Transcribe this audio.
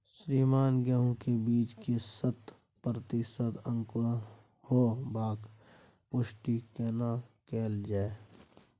श्रीमान गेहूं के बीज के शत प्रतिसत अंकुरण होबाक पुष्टि केना कैल जाय?